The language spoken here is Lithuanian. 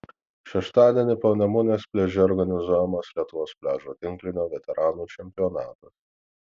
šeštadienį panemunės pliaže organizuojamas lietuvos pliažo tinklinio veteranų čempionatas